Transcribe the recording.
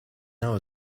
now